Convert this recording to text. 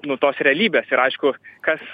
nu tos realybės ir aišku kas